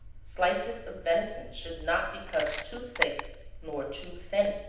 slices of venison should not be cut too thick nor too thin,